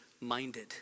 minded